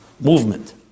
movement